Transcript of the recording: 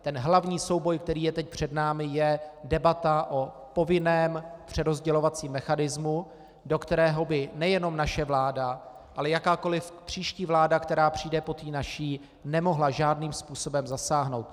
Ten hlavní souboj, který je teď před námi, je debata o povinném přerozdělovacím mechanismu, do kterého by nejenom naše vláda, ale jakákoli příští vláda, která přijde po té naší, nemohla žádným způsobem zasáhnout.